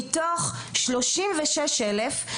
מתוך 36 אלף,